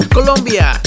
Colombia